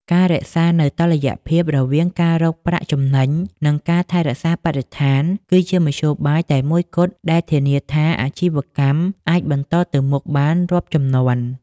ការរក្សានូវតុល្យភាពរវាងការរកប្រាក់ចំណេញ និងការថែរក្សាបរិស្ថាន គឺជាមធ្យោបាយតែមួយគត់ដែលធានាថាអាជីវកម្មអាចបន្តទៅមុខបានរាប់ជំនាន់។